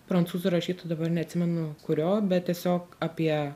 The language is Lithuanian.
prancūzų rašytojo dabar neatsimenu kurio bet tiesiog apie